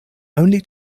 only